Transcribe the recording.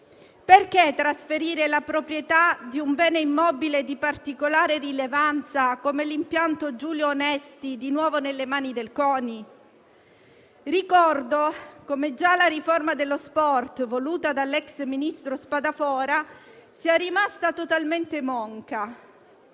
Perché trasferire la proprietà di un bene immobile di particolare rilevanza come il centro sportivo "Giulio Onesti" di nuovo nelle mani del CONI? Ricordo come già la riforma dello sport voluta dall'ex ministro Spadafora sia rimasta totalmente monca,